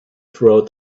throughout